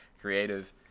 creative